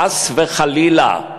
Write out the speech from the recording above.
חס וחלילה.